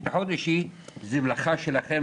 ביטחון אישי זו מלאכה שלכם,